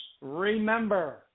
remember